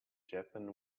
japan